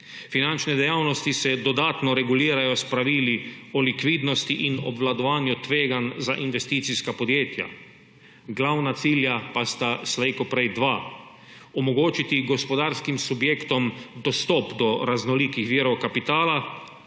Finančne dejavnosti se dodatno regulirajo s pravili o likvidnosti in obvladovanju tveganj za investicijska podjetja, glavna cilja pa sta slej kot prej dva: omogočiti gospodarskim subjektom dostop do raznolikih virov kapitala